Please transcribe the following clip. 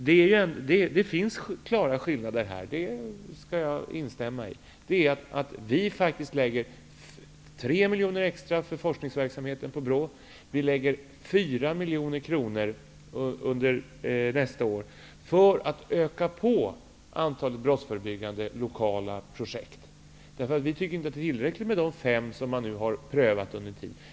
Det finns klara skillnader, det instämmer jag i. Vi vill anslå 3 miljoner extra till forskningsverksamhet på BRÅ. Nästa år vill vi anslå ytterligare 4 miljoner kronor för att utöka antalet brottsförebyggande lokala projekt. Vi tycker inte att det är tillräckligt med de fem som har varit i gång under en tid.